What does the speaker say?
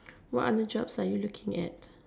what other jobs are you looking at